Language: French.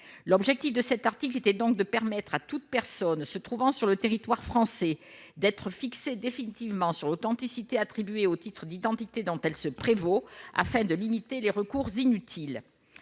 l'objectif de cet article était donc de permettre à toute personne se trouvant sur le territoire français d'être fixé définitivement sur l'authenticité attribués au titre d'identité dont elle se prévaut afin de limiter les recours inutiles